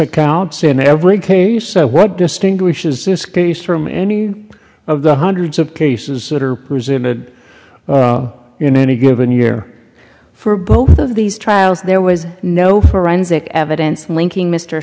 accounts in every case so what distinguishes this case from any of the hundreds of cases that are presumably in any given year for both of these trials there was no forensic evidence linking mr